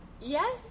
Yes